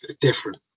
different